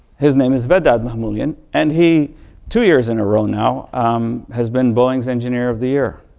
his name is vedad mahmuljin and he two years in a row now has been boeing's engineer of the year.